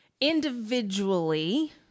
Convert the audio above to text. Individually